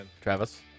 Travis